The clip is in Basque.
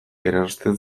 eransten